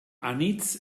anitz